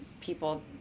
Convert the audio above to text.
people